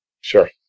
Sure